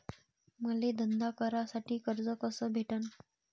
मले धंदा करासाठी कर्ज कस भेटन?